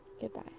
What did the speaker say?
Goodbye